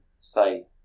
say